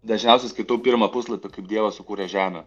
dažniausiai skaitau pirmą puslapį kaip dievas sukūrė žemę